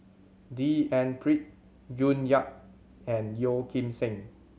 D N Pritt June Yap and Yeo Kim Seng